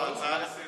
לא, הצעה לסדר-היום.